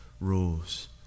rules